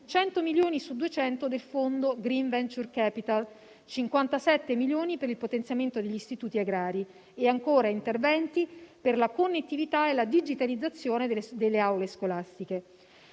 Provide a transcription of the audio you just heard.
100 milioni su 200 del Fondo green venture capital; 57 milioni per il potenziamento degli istituti agrari e ancora interventi per la connettività e la digitalizzazione delle aule scolastiche.